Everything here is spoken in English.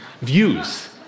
views